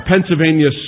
Pennsylvania